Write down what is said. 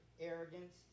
arrogance